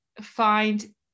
find